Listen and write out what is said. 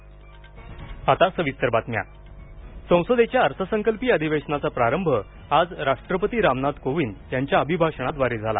राष्ट्रपती अभिभाषण संसदेच्या अर्थसंकल्पीय अधिवेशनाचा प्रारंभ आज राष्ट्रपती रामनाथ कोविंद यांच्या अभिभाषणाद्वारे झाला